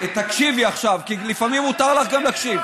תקשיבי עכשיו, כי לפעמים מותר לך גם להקשיב.